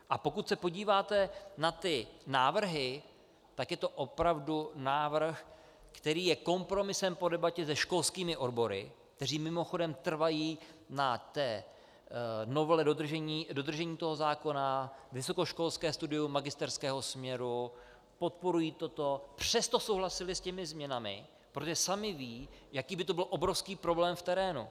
A pokud se podíváte na ty návrhy, tak je to opravdu návrh, který je kompromisem po debatě se školskými odbory, které mimochodem trvají na novele, dodržení zákona, vysokoškolské studium magisterského směru, podporují toto, přesto souhlasily s těmi změnami, protože samy vědí, jaký by to byl obrovský problém v terénu.